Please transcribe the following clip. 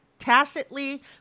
tacitly